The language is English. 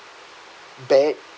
bad